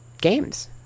games